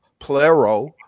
plero